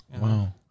Wow